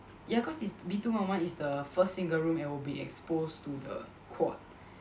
ya cause is B two one one is the first single room and will be exposed to the quad